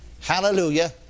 Hallelujah